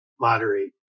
moderate